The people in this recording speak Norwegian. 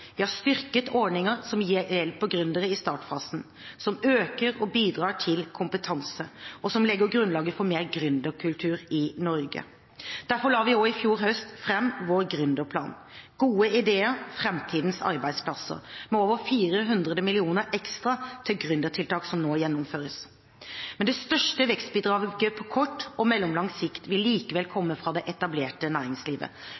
Vi har styrket ordninger som hjelper gründere i startfasen, som øker og bidrar til kompetanse, og som legger grunnlaget for mer gründerkultur i Norge. Derfor la vi også i fjor høst fram vår gründerplan Gode ideer – fremtidens arbeidsplasser, med over 400 mill. kr ekstra til gründertiltak som nå gjennomføres. Det største vekstbidraget på kort og mellomlang sikt vil likevel